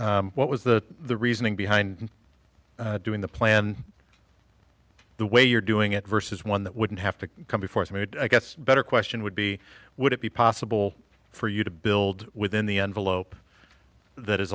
that what was the reasoning behind doing the plan the way you're doing it versus one that wouldn't have to come before it's made i guess better question would be would it be possible for you to build within the envelope that is